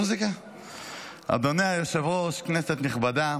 אדוני היושב-ראש, כנסת נכבדה,